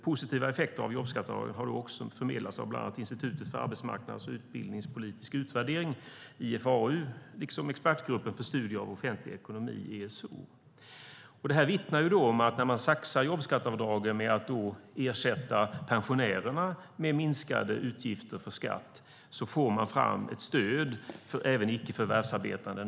Positiva effekter av jobbskatteavdraget har också förmedlats av bland annat Institutet för arbetsmarknads och utbildningspolitisk utvärdering, IFAU, liksom Expertgruppen för studier i offentlig ekonomi, ESO. Detta vittnar om att man när man saxar jobbskatteavdrag med att ersätta pensionärerna med minskade utgifter för skatt får fram ett stöd även för icke förvärvsarbetande.